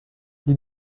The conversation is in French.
dis